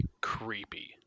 creepy